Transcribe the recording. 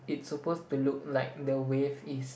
it's supposed to look like the wave is